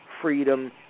freedom